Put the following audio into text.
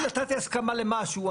אם נתתי הסכמה למשהו,